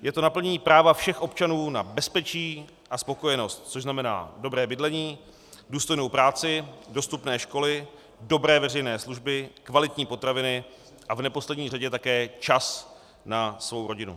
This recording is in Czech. Je to naplnění práva všech občanů na bezpečí a spokojenost, což znamená dobré bydlení, důstojnou práci, dostupné školy, dobré veřejné služby, kvalitní potraviny a v neposlední řadě také čas na svou rodinu.